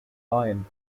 line